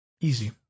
Easy